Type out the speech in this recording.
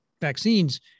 vaccines